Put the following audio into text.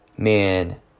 Man